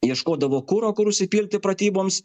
ieškodavo kuro kur užsipirkti pratyboms